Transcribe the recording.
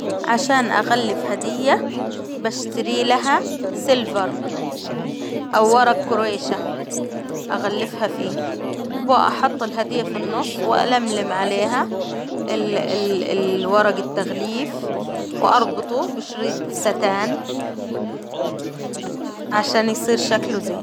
عشان أغلف هدية، بشتري لها سيلفر، أو ورق كريشة، أغلفها فيه، وباحط الهدية في النص وألملم عليها ورج التغليف، وأربطه بشريط الستان، عشان يصير شكله زين.